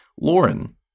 Lauren